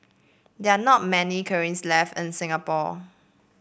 there are not many kilns left in Singapore